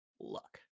luck